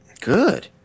good